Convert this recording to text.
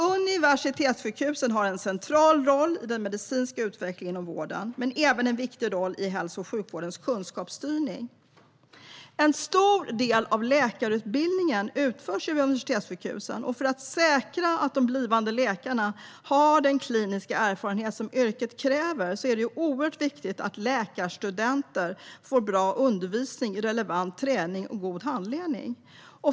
Universitetssjukhusen har en central roll i den medicinska utvecklingen och vården. De har även en viktig roll i hälso och sjukvårdens kunskapsstyrning. En stor del av läkarutbildningen utförs vid universitetssjukhusen. För att säkra att de blivande läkarna har den kliniska erfarenhet som yrket kräver är det oerhört viktigt att läkarstudenter får bra undervisning, relevant träning och god handledning.